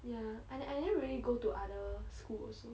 ya I I never really go to other school also